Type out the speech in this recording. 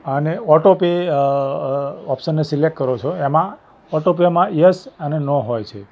અને auto pay અ ઑપ્શનને સિલૅક્ટ કરો છો એમાં ઑટો પેમાં યસ અને નો હોય છે